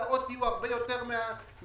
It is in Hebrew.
ההוצאות יהיו הרבה יותר גבוהות.